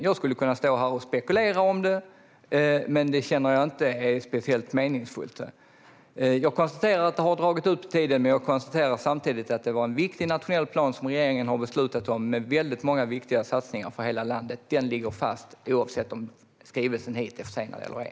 Jag skulle kunna spekulera om det, men det känns inte speciellt meningsfullt. Jag konstaterar att det har dragit ut på tiden, men samtidigt konstaterar jag att det var en viktig nationell plan som regeringen har beslutat om som innehåller många viktiga satsningar för hela landet. Den ligger fast, oavsett om skrivelsen är försenad eller ej.